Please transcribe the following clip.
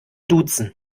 duzen